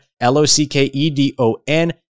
L-O-C-K-E-D-O-N